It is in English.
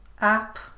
app